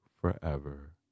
forever